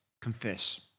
confess